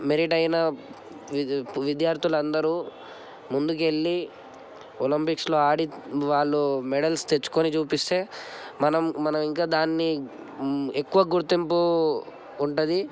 merit అయిన విద్ విద్యార్థులు అందరూ ముందుకెళ్ళి ఒలింపిక్స్లో ఆడి వాళ్ళు మెడల్స్ తెచ్చుకోని చూపిస్తే మనం మనం ఇంకా దాన్ని ఎక్కువ గుర్తింపు ఉంటుంది